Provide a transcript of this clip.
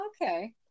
Okay